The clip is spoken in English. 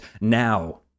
now